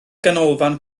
ganolfan